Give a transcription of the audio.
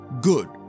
Good